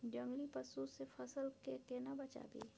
जंगली पसु से फसल के केना बचावी?